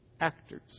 Actors